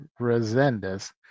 Resendez